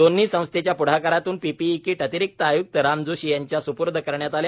दोन्ही संस्थेच्या प्ढाकारातून पीपीई किट अतिरिक्त आय्क्त राम जोशी यांच्या सुपूर्द करण्यात आल्या